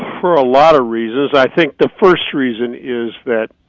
for a lot of reasons. i think the first reason is that